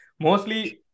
Mostly